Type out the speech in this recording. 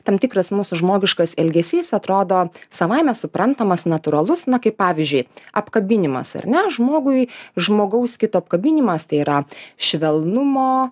tam tikras mūsų žmogiškas elgesys atrodo savaime suprantamas natūralus na kaip pavyzdžiui apkabinimas ar ne žmogui žmogaus kito apkabinimas tai yra švelnumo